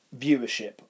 viewership